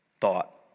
thought